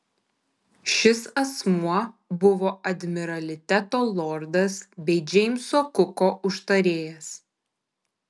šis asmuo buvo admiraliteto lordas bei džeimso kuko užtarėjas